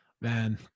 Man